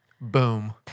Boom